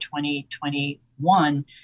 2021